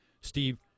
Steve